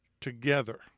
together